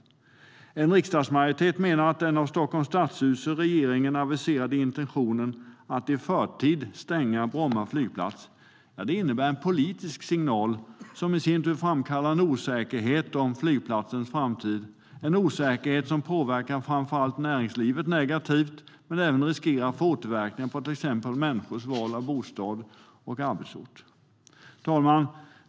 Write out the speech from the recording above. En riksdagsmajoritet menar att den av Stockholms stadshus och regeringen aviserade intentionen, att i förtid stänga Bromma flygplats, är en politisk signal som i sin tur framkallar en osäkerhet om flygplatsens framtid, en osäkerhet som påverkar framför allt näringslivet negativt men även riskerar att få återverkningar på till exempel människors val av bostads och arbetsort. Herr talman!